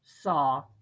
saw